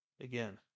Again